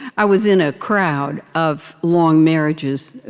i was in a crowd of long marriages,